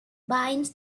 binds